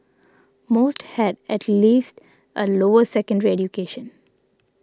most had at least a lower secondary education